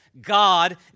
God